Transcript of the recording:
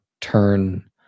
turn